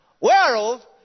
Whereof